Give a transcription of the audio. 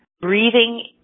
breathing